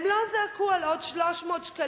הם לא זעקו על עוד 300 שקלים,